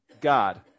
God